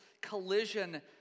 collision